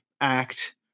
act